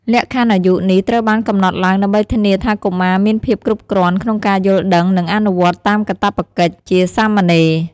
លក្ខខណ្ឌអាយុនេះត្រូវបានកំណត់ឡើងដើម្បីធានាថាកុមារមានភាពគ្រប់គ្រាន់ក្នុងការយល់ដឹង និងអនុវត្តតាមកាតព្វកិច្ចជាសាមណេរ។